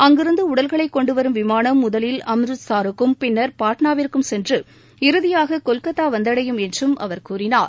அங்கிருந்து உடல்களைக் கொண்டுவரும் விமானம் முதலில் அம்ருத்சாருக்கும் பின்னர் பாட்னாவிற்கும் சென்று இறுதியாக கொல்கத்தா வந்தடையும் என்றும் அவர் கூறினார்